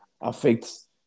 affects